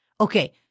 Okay